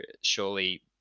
surely